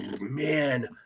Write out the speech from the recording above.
man